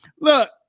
Look